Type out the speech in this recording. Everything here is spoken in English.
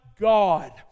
God